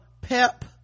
pep